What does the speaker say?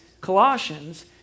Colossians